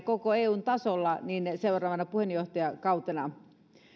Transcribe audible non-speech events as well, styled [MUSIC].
[UNINTELLIGIBLE] koko eun tasolla seuraavana puheenjohtajakautena